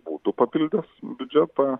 būtų papildęs biudžetą